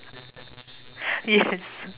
yes